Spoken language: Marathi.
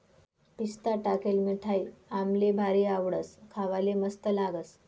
पिस्ता टाकेल मिठाई आम्हले भारी आवडस, खावाले मस्त लागस